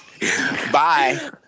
Bye